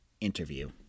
interview